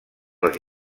les